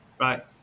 right